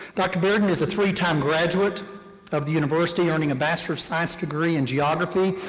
dr. bearden is a three-time graduate of the university, earning a bachelor of science degree in geography,